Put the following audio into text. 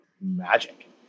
magic